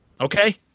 okay